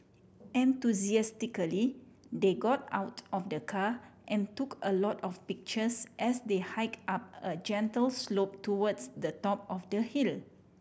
enthusiastically they got out of the car and took a lot of pictures as they hike up a gentle slope towards the top of the hill